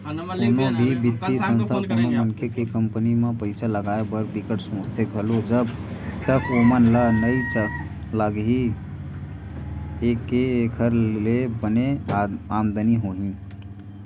कोनो भी बित्तीय संस्था कोनो मनखे के कंपनी म पइसा लगाए बर बिकट सोचथे घलो जब तक ओमन ल नइ लगही के एखर ले बने आमदानी होही